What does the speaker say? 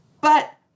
But-